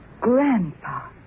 grandpa